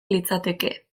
litzateke